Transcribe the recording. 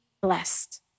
blessed